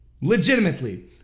legitimately